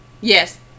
Yes